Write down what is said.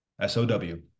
S-O-W